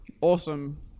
Awesome